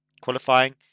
qualifying